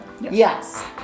Yes